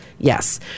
Yes